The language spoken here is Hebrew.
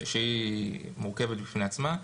שהיא מורכבת בפני עצמה.